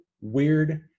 weird